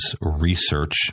research